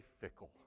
fickle